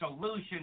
solution